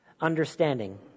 understanding